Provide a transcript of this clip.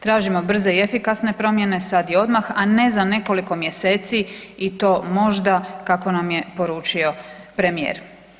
Tražimo brze i efikasne promjene sad i odmah, a ne za nekolik mjeseci i to možda kako nam je poručio premijer.